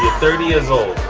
thirty years old!